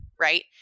right